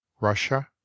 Russia